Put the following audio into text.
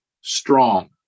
strong